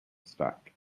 stuck